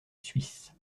suisse